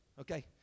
Okay